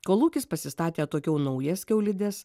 kolūkis pasistatė atokiau naujas kiaulides